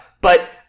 but-